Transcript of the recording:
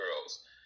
girls